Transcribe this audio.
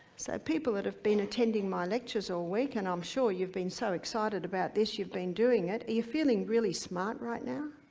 so people that have been attending my lectures all week, and i'm sure you've been so excited about this you've been doing it are you feeling really smart right now?